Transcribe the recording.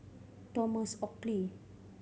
Thomas Oxley